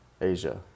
asia